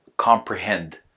comprehend